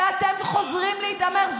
ואתם חוזרים להתעמר.